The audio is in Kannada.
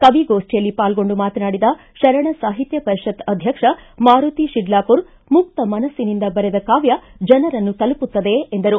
ಕವಿಗೋಷ್ಠಿಯಲ್ಲಿ ಪಾಲ್ಗೊಂಡು ಮಾತನಾಡಿದ ಶರಣ ಸಾಹಿತ್ಯ ಪರಿಷತ್ ಅಧ್ಯಕ್ಷ ಮಾರುತಿ ಶಿಡ್ಲಾಪೂರ ಮುಕ್ತ ಮನಸ್ಸಿನಿಂದ ಬರೆದ ಕಾವ್ಯ ಜನರನ್ನು ತಲುಮತ್ತದೆ ಎಂದರು